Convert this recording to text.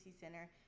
Center